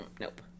nope